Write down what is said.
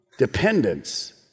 dependence